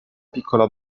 piccola